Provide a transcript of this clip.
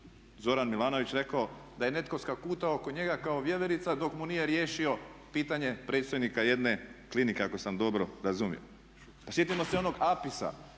Zoran Milanović rekao da je netko skakutao oko njega kao vjeverica dok mu nije riješio pitanje predstojnika jedne klinike ako sam dobro razumio. Pa sjetimo se onog APIS-a